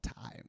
time